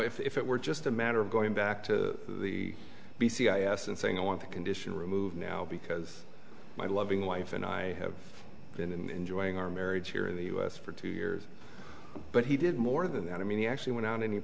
know if it were just a matter of going back to the c i s and saying i want the condition removed now because my loving wife and i have been enjoying our marriage here in the u s for two years but he did more than that i mean he actually